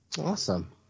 Awesome